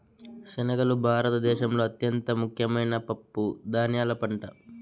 శనగలు భారత దేశంలో అత్యంత ముఖ్యమైన పప్పు ధాన్యాల పంట